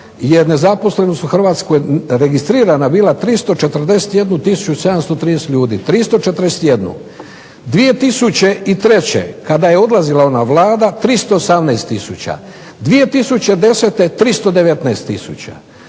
je nezaposlenost u Hrvatskoj registrirana bila 341730 ljudi. 2003., kada je odlazila ona Vlada 318000, 2010. godine